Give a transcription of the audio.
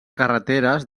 carreteres